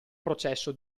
processo